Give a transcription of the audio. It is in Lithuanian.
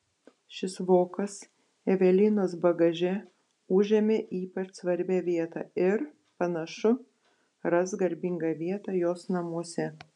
šis vokas evelinos bagaže užėmė ypač svarbią vietą ir panašu ras garbingą vietą jos namuose